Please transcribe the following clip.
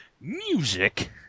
Music